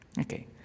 Okay